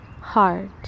heart